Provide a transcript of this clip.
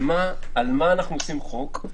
על מה אנחנו עושים חוק?